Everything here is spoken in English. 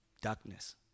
darkness